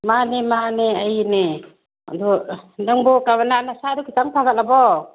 ꯃꯥꯅꯤ ꯃꯥꯅꯤ ꯑꯩꯅꯦ ꯑꯗꯣ ꯅꯪꯕꯨ ꯀꯕꯅꯥ ꯅꯁꯥꯗꯨ ꯈꯤꯇꯪ ꯐꯒꯠꯂꯕꯣ